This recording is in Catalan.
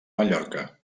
mallorca